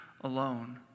alone